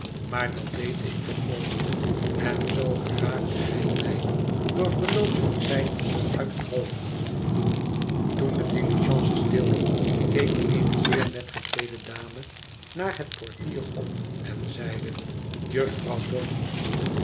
maar dat deed ik toch nooit en zoo geraakte hij mij door verloop van tijd uit het hoofd toen dé diligence stilhield keek eene zeer net gekleede dame naar het portier op en zeide jufvrouw donny